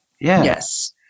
Yes